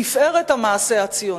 תפארת המעשה הציוני.